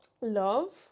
love